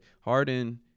Harden –